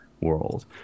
world